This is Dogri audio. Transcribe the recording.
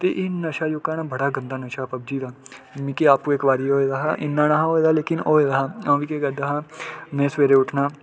ते एह् नशा जेह्का न बड़ा गंदा नशा ऐ पबजी दा मिकी आपूं इक बारी होए दा हा इन्ना नेईं हा होए दा लेकिन होए दा में केह् करदा हा में सबेरे उट्ठना